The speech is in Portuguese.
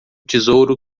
tesouro